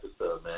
episode